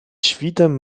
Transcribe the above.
świtem